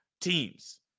teams